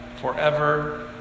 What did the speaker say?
forever